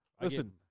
Listen